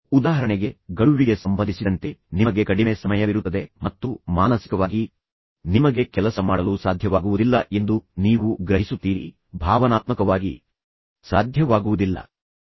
ಉದಾಹರಣೆಗೆ ಗಡುವಿಗೆ ಸಂಬಂಧಿಸಿದಂತೆ ನಿಮಗೆ ಕಡಿಮೆ ಸಮಯವಿರುತ್ತದೆ ಮತ್ತು ನಂತರ ಮಾನಸಿಕವಾಗಿ ನಿಮಗೆ ಕೆಲಸ ಮಾಡಲು ಸಾಧ್ಯವಾಗುವುದಿಲ್ಲ ಎಂದು ನೀವು ಗ್ರಹಿಸುತ್ತೀರಿ ಭಾವನಾತ್ಮಕವಾಗಿ ನಿಮಗೆ ಸಾಧ್ಯವಾಗುವುದಿಲ್ಲ ಎಂದು ನೀವು ಅರ್ಥಮಾಡಿಕೊಳ್ಳುತ್ತೀರಿ